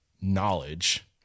knowledge